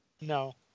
No